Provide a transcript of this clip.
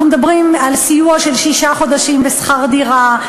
אנחנו מדברים על סיוע של שישה חודשים בשכר דירה,